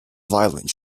violent